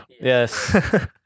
Yes